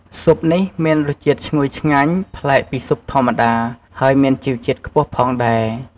ស៊ុបនេះមានរសជាតិឈ្ងុយឆ្ងាញ់ ប្លែកពីស៊ុបធម្មតា ហើយមានជីវជាតិខ្ពស់ផងដែរ។